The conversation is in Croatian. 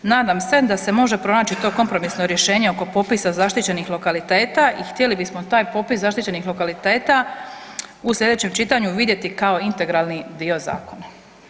Nadam se da se može pronaći to kompromisno rješenje oko popisa zaštićenih lokaliteta i htjeli bismo taj popis zaštićenih lokaliteta u sljedećem čitanju vidjeti kao integralni dio zakona.